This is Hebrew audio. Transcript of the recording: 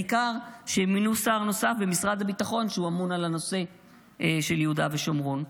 העיקר שמינו שר נוסף במשרד הביטחון שאמון על הנושא ביהודה ושומרון.